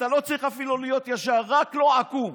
אתה לא צריך אפילו להיות ישר, רק לא עקום.